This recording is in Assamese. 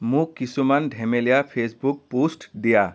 মোক কিছুমান ধেমেলীয়া ফেচবুক প'ষ্ট দিয়া